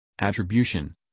attribution